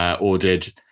ordered